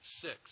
six